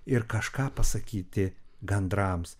ir kažką pasakyti gandrams